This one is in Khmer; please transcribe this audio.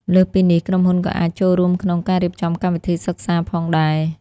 លើសពីនេះ ក្រុមហ៊ុនក៏អាចចូលរួមក្នុង ការរៀបចំកម្មវិធីសិក្សា ផងដែរ។